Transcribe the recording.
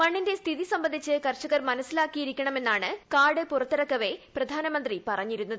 മണ്ണിന്റെ സ്ഥിതി സംബന്ധിച്ച് കർഷകർ മനസ്സിലാക്കിയിരിക്കണമെന്നാണ് കാർഡ് പുറത്തിറക്കവെ പ്രധാനമന്ത്രി പറഞ്ഞിരുന്നത്